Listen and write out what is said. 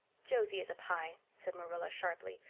josie is a pye, said marilla sharply,